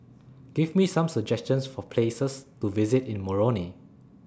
Give Me Some suggestions For Places to visit in Moroni